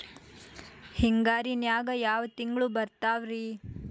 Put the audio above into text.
ಹಿಂಗಾರಿನ್ಯಾಗ ಯಾವ ತಿಂಗ್ಳು ಬರ್ತಾವ ರಿ?